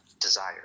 desire